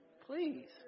please